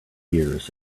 years